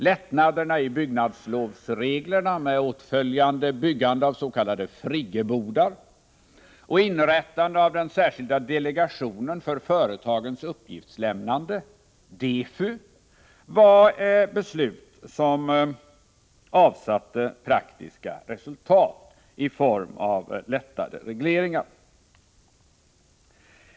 Lättnaderna i byggnadslovsreglerna med åtföljande byggande av s.k. Friggebodar och inrättande av den särskilda delegationen för företagens uppgiftslämnande, DEFU, var beslut som avsatte praktiska resultat i form av förenklade regleringar.